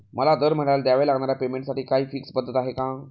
मला दरमहिन्याला द्यावे लागणाऱ्या पेमेंटसाठी काही फिक्स पद्धत आहे का?